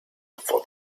for